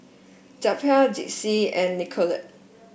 Zelpha Dixie and Nicolette